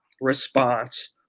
response